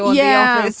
yeah.